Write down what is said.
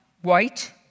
white